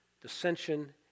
dissension